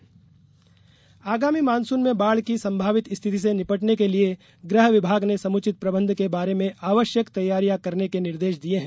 आपदा प्रबंधन आगामी मानसून में बाढ़ की सम्भावित स्थिति से निपटने के लिये गृह विभाग ने सम्रचित प्रबंध के बारे में आवश्यक तैयारी करने के निर्देश दिये हैं